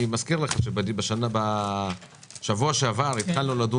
אני מזכיר לך שבשבוע שעבר התחלנו לדון